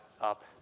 up